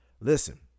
listen